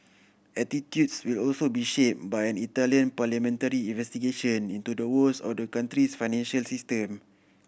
attitudes will also be shape by an Italian parliamentary investigation into the woes of the country's financial system